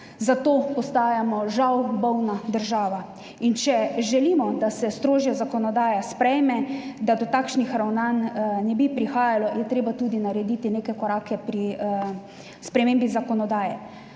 Zato postajamo žal bolna država. In če želimo, da se strožja zakonodaja sprejme, da do takšnih ravnanj ne bi prihajalo, je treba tudi narediti neke korake pri spremembi zakonodaje.